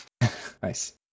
nice